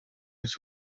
its